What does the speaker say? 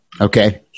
Okay